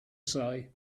say